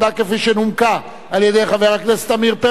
כפי שנומקה על-ידי חבר הכנסת עמיר פרץ,